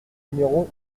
numéro